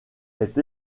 est